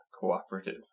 cooperative